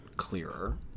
Clearer